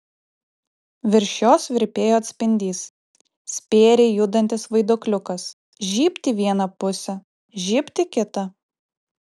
virš jos virpėjo atspindys spėriai judantis vaiduokliukas žybt į vieną pusę žybt į kitą